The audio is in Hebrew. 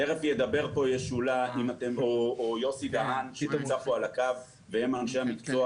תכף ידבר ישולה או יוסי דהאן שהם אנשי המקצוע